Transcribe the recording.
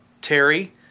Terry